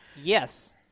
Yes